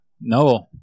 No